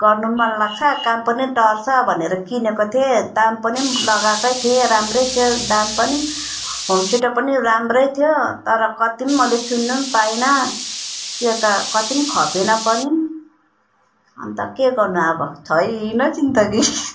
गर्नु पनि मन लाग्छ काम पनि टर्छ भनेर किनेको थिएँ दाम पनि लगाकै थिएँ राम्रै थियो दाम पनि होम थिएटर पनि राम्रै थियो तर कति पनि मैले सुन्न पनि पाइनँ त्यो त कति पनि खपेन पनि अन्त के गर्नु अब छैन जिन्दगी